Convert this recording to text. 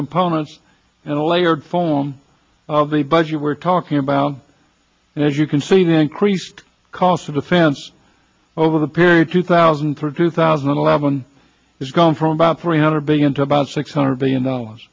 components in a layered form of the budget we're talking about and as you can see the increased cost of defense over the period two thousand through two thousand and eleven has gone from about three hundred billion to about six hundred billion dollars